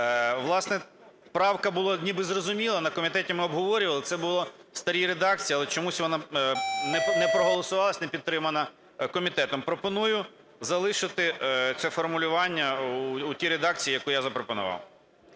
Власне, правка була ніби зрозуміла. На комітеті ми обговорювали, це було в старій редакції, але чомусь вона не проголосувалася, не підтримана комітетом. Пропоную залишити це формулювання у тій редакції, яку я запропонував.